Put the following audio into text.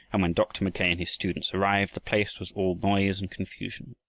and when dr. mackay and his students arrived, the place was all noise and confusion.